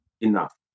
enough